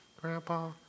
Grandpa